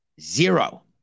Zero